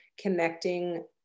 connecting